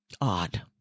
Odd